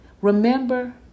Remember